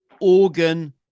organ